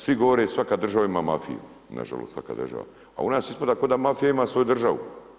Svi govore, svaka država ima mafiju, nažalost, svaka država, a u nas ispada ko da mafija ima svoju državu.